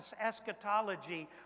eschatology